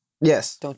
Yes